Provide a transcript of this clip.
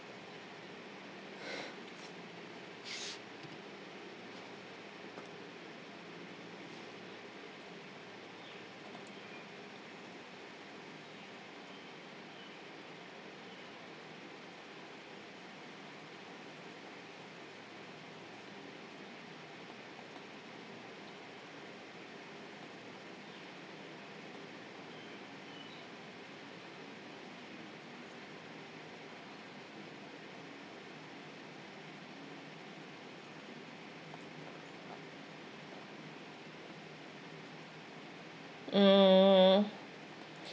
um